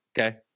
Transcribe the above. Okay